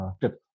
tip